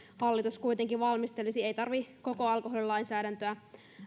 kuitenkin valmistelisi ei tarvitse koko alkoholilainsäädäntöä